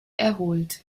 erholt